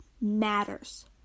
matters